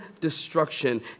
destruction